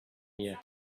here